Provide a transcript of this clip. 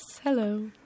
Hello